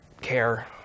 care